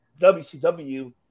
WCW